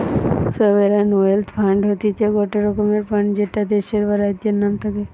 sovereign wealth fund হতিছে গটে রকমের ফান্ড যেটা দেশের বা রাজ্যের নাম থাকে